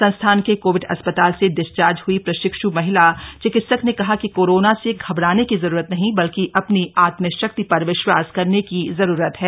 संस्थान के कोविड अस्पताल से डिस्चार्ज हई प्रशिक्ष्म महिला चिकित्सक ने कहा कि कोरोना से घबराने की कोई जरूरत नहीं बल्कि अपनी आत्मशक्ति पर विश्वास करने की जरूरत है